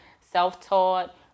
self-taught